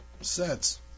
sets